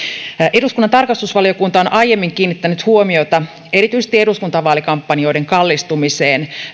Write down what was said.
eduskunnan tarkastusvaliokunta on aiemmin kiinnittänyt huomiota erityisesti eduskuntavaalikampanjoiden kallistumiseen